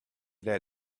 that